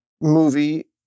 movie